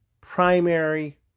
primary